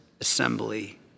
assembly